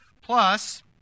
Plus